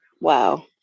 Wow